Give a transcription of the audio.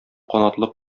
канатлы